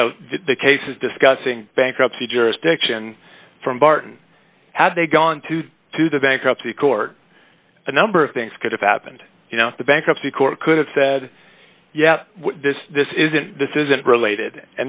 you know the cases discussing bankruptcy jurisdiction from barton had they gone to the to the bankruptcy court a number of things could have happened you know the bankruptcy court could have said yeah this this isn't this isn't related